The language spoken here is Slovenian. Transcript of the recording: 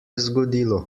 zgodilo